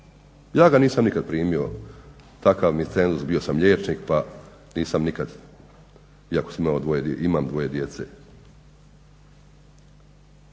Ja ga nisam nikad primio, takav mi cenzus, bio sam liječnik pa nisam nikad iako imam dvoje djece.